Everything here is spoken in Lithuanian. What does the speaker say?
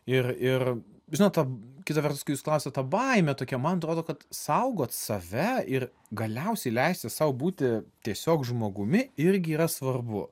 ir ir žinot kita vertus kai jūs klausiat ta baimė tokia man atrodo kad saugot save ir galiausiai leisti sau būti tiesiog žmogumi irgi yra svarbu